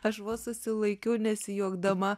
aš vos susilaikiau nesijuokdama